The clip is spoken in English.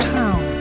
town